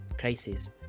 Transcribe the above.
crisis